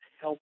help